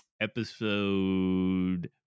episode